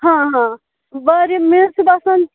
ہاں ہاں واریاہ مےٚ حَظ چھُ باسان